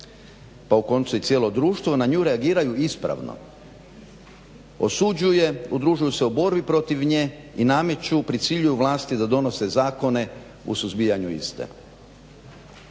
pa u koncu i cijelo društvo na nju reagiraju ispravno osuđuje, udružili se u borbi protiv nje i nameću pri …/Govornik se ne razumije./… vlasti da donose zakone o suzbijanju iste.